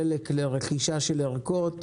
חלק לרכישה של ערכות,